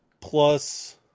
Plus